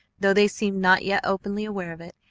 though they seemed not yet openly aware of it,